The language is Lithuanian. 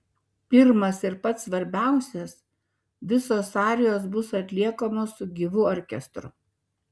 pirmas ir pats svarbiausias visos arijos bus atliekamos su gyvu orkestru